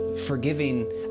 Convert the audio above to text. forgiving